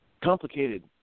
Complicated